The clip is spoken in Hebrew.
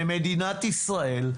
ממדינת ישראל,